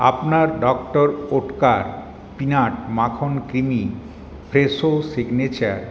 আপনার doctor Oetker peanut মাখন creamy Fresho signature